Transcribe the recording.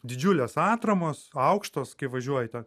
didžiulės atramos aukštos kai važiuoji ten